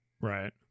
right